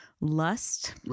lust